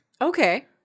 Okay